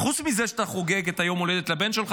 חוץ מזה שאתה חוגג את היום הולדת לבן שלך?